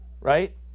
right